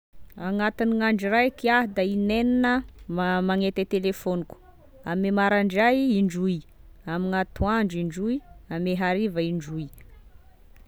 Agnatiny andro raiky aho de in'enina ma- magnety e telefôniko, ame maraindray indroy, ame gn'antoandro indroy, ame hariva indroy.